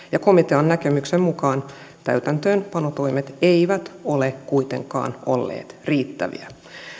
komitean näkemyksen mukaan täytäntöönpanotoimet eivät ole kuitenkaan olleet riittäviä